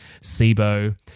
SIBO